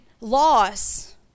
loss